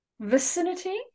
vicinity